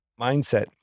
mindset